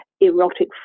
erotic